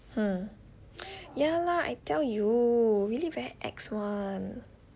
hmm ya lah I tell you really very ex [one]